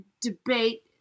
debate